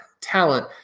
talent